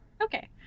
okay